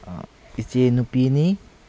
ꯏꯆꯦ ꯅꯨꯄꯤꯅꯤ